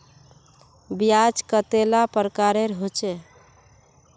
ब्याज कतेला प्रकारेर होचे?